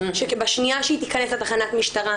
שבשנייה שהיא תיכנס לתחנת משטרה,